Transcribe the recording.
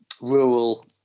rural